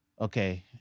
Okay